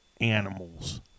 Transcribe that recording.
animals